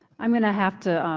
i'm going to have to